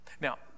now